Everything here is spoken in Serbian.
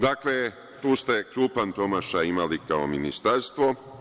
Dakle, tu ste krupan promašaj imali kao ministarstvo.